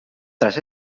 tras